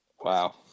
Wow